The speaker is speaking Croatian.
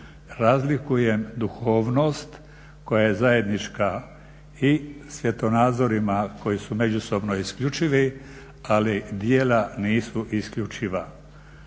Razlikujem duhovnost koja je zajednička i svjetonazorima koji su međusobno isključivi ali djela nisu isključiva.